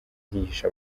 hihishe